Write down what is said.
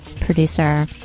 producer